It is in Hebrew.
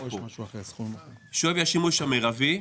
שווי השימוש המירבי,